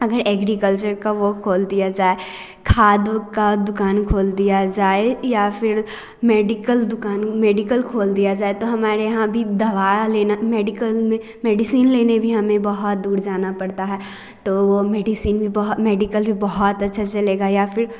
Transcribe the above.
अगर एग्रीकल्चर का वो खोल दिया जाए खाद ऊद का दुकान खोल दिया जाए या फिर मेडिकल दुकान मेडिकल खोल दिया जाए तो हमारे यहाँ भी दवा लेना मेडिकल में मेडिसिन लेने भी हमें बहुत दूर जाना पड़ता है तो वो मेडिसिन भी बहुत मेडिकल भी बहुत अच्छा चलेगा या फिर